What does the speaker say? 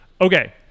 Okay